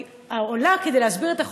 ואנחנו כבר יודעים עליה,